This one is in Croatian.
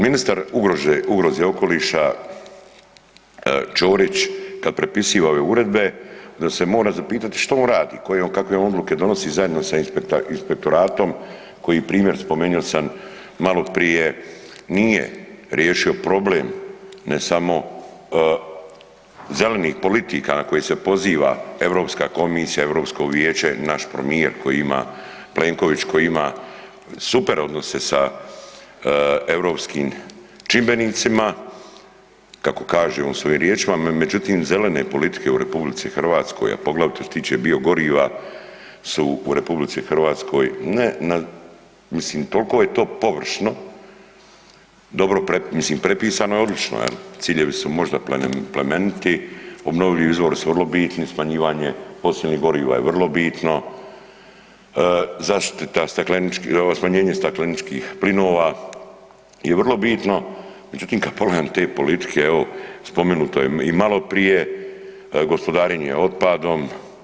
Ministar ugroze okoliša Ćorić kada prepisiva ove uredbe onda se moramo zapitati što on radi, kakve on odluke donosi zajedno sa inspektoratom koji primjer spomenuo sam maloprije nije riješio problem ne samo zelenih politika na koje se poziva Europska komisija, Europsko vijeće, naš premijer koji ima Plenković koji ima super odnose sa europskim čimbenicima, kako kaže on svojim riječima, međutim zelene politike u RH, a poglavito što se tiče biogoriva su u RH ne na, mislim toliko je to površno, mislim prepisano je odlično jel, ciljevi su možda plemeniti, obnovljivih izvori su vrlo bitni, smanjivanje fosilnih goriva je vrlo bitno, smanjenje stakleničkih plinova je vrlo bitno, međutim kada pogledam te politike, evo spomenuto je i maloprije gospodarenje otpadom.